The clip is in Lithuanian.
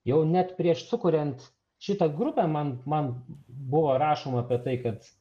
jau net prieš sukuriant šitą grupę man man buvo rašoma apie tai kad